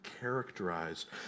characterized